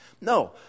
No